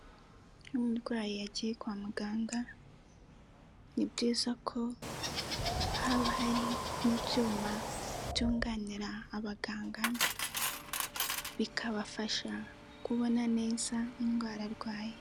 Iyo umurwayi yagiye kwa muganga ni byiza ko haba hari n'ibyuma byunganira abaganga, bikabafasha kubona neza indwara arwaye.